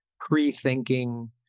pre-thinking